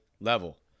level